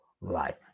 life